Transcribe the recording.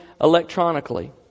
electronically